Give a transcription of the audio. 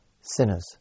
sinners